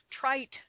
trite